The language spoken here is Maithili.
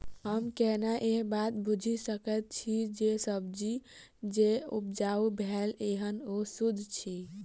हम केना ए बात बुझी सकैत छी जे सब्जी जे उपजाउ भेल एहन ओ सुद्ध अछि?